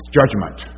judgment